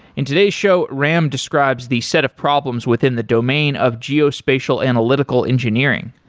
in today's show, ram describes the set of problems within the domain of geospatial analytical engineering.